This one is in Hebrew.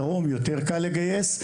בדרום יותר קל לגייס.